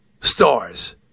stars